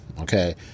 Okay